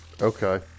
Okay